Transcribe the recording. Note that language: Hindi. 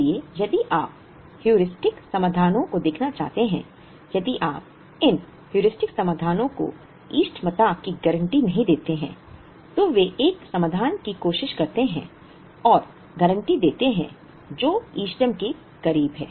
इसलिए यदि आप हेयुरिस्टिक समाधानों को देखना चाहते हैं यदि आप इन हेयुरिस्टिक समाधानों को इष्टतमता की गारंटी नहीं देते हैं तो वे एक समाधान की कोशिश करते हैं और गारंटी देते हैं जो इष्टतम के करीब है